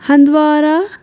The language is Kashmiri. ہندوارا